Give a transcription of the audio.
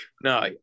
No